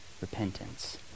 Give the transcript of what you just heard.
repentance